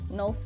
no